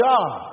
God